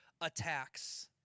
attacks